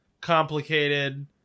complicated